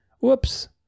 Whoops